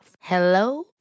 Hello